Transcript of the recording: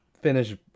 finish